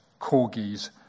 corgis